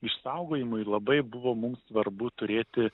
išsaugojimui labai buvo mums svarbu turėti